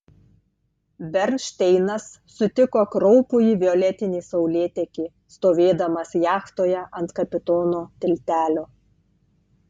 bernšteinas sutiko kraupųjį violetinį saulėtekį stovėdamas jachtoje ant kapitono tiltelio